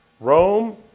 Rome